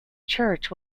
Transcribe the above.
church